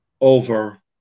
over